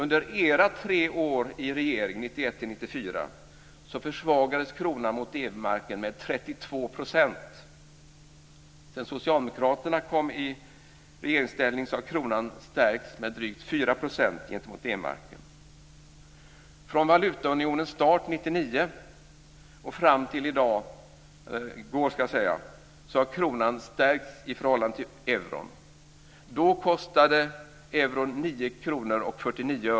Under era tre år i regering, 1991-1994, försvagades kronan mot D-marken med 32 %. Sedan socialdemokraterna kom i regeringsställning har kronan stärkts med drygt 4 % gentemot D-marken. Från valutaunionens start 1999 fram till i går har kronan stärkts i förhållande till euron.